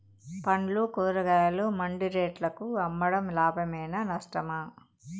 పండ్లు కూరగాయలు మండి రేట్లకు అమ్మడం లాభమేనా నష్టమా?